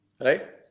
Right